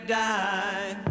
die